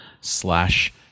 slash